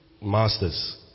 masters